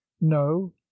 no